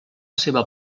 seva